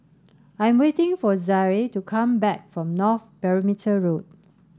I am waiting for Zaire to come back from North Perimeter Road